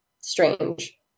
strange